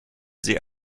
sie